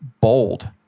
bold